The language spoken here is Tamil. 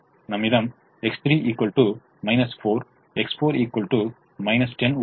நம்மிடம் X3 4 X4 10 உள்ளது